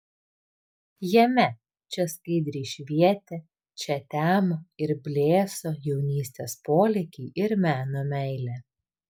jame čia skaidriai švietė čia temo ir blėso jaunystės polėkiai ir meno meilė